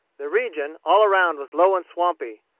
the region all around was low and swampy.